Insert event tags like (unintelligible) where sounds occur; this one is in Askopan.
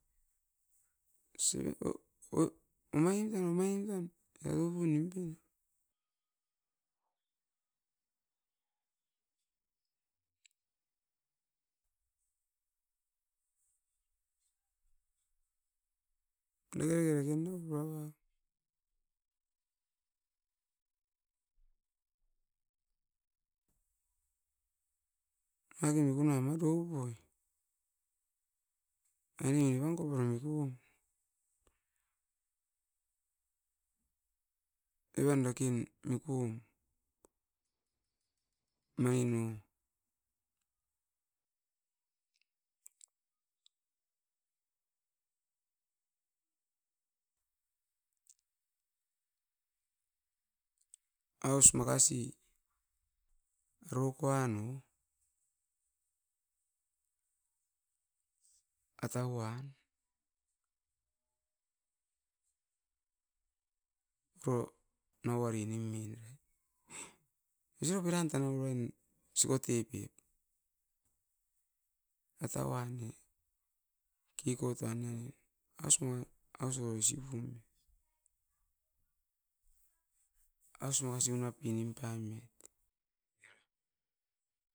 (unintelligible) Omain tan omain tan era topu nimpe, dake rake ne purauam. Nangaken mikuna ma dopoi. Aine evan kopora mikum, evan daken mikum mai no. Aus makasi arokoan o atauan, oro nouari nimen ai. Osirop eran tanau sikote pi, aus makasi arokoan o atauan, oro noruvari nimen. Osirop eran tana urain sikote pep, atauan ne kikotua nia oi aus maua, aus boi isipum. Aus mo aisi minap pinim paim neiot, era.